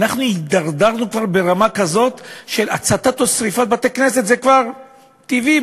אנחנו הידרדרנו כבר לרמה כזאת שהצתה או שרפה של בתי-כנסת זה כבר טבעי,